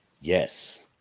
Yes